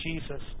Jesus